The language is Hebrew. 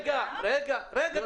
רגע, רגע.